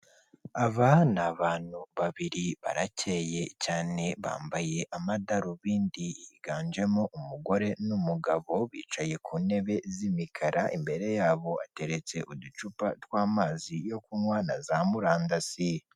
aba n'Abantu babiri barakeye cyane bambaye amadarubindi ,higanjemo umugore n'umugabo bicaye ku ntebe z'imikara imbere yabo ateretse uducupa tw'amazi yo kunywa na za murandasire.